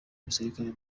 umusirikare